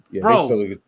Bro